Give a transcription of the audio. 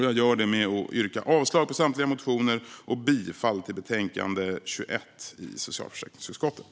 Jag gör det med att yrka avslag på samtliga motioner och bifall till utskottets förslag i betänkande 21 i socialförsäkringsutskottet.